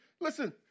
listen